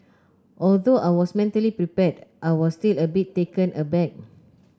although I was mentally prepared I was still a bit taken aback